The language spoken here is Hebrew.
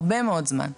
הרבה מאד זמן.